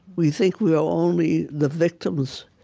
we think we are only the victims